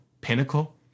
pinnacle